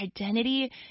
identity